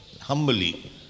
humbly